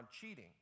cheating